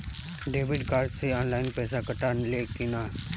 Debit card से online पैसा कटा ले कि ना?